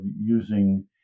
using